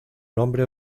nombre